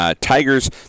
Tigers